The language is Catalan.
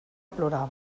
plorava